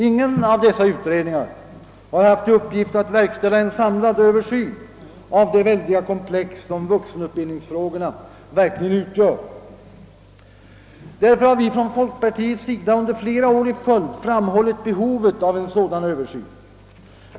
Ingen av dessa utredningar har haft till uppgift att verkställa en samlad översyn av det väldiga komplex som vuxenutbildningsfrågorna verkligen utgör. Därför har vi från folkpartiets sida under flera år i följd framhållit behovet av en sådan Ööversyn.